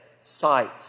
sight